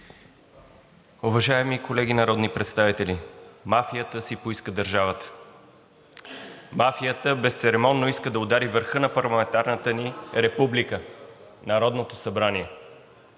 Уважаеми колеги народни представители, мафията си поиска държавата, мафията безцеремонно иска да удари върха на парламентарната ни република – Народното събрание.